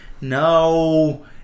No